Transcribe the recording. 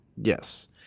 Yes